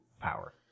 power